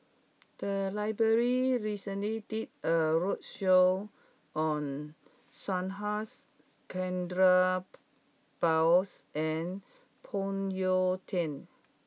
the library recently did a roadshow on Subhas Chandra Bose and Phoon Yew Tien